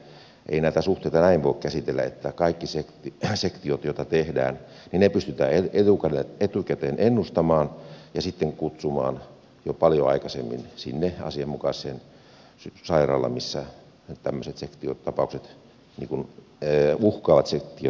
elikkä ei näitä suhteita näin voi käsitellä että kaikki sektiot joita tehdään pystytään etukäteen ennustamaan ja sitten kutsumaan jo paljon aikaisemmin sinne asianmukaiseen sairaalaan jossa tällaiset uhkaavat sektiotapaukset syntyvät